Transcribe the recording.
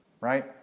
right